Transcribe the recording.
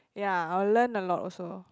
ya I'll learn a lot also